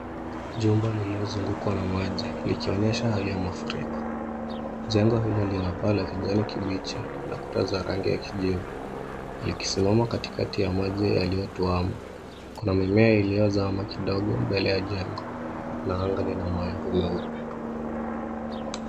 Jumba lililozugukwa na maji ikionyesha hali ya mafuriko. Jengo hilo lina paa la kijani kibichi na kuta za rangi ya kijivu. Likisimama katikati ya maji iliyotuama. Kuna mimea iliyozama kidogo mbele ya jengo na anga lina mawingu meupe.